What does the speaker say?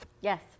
Yes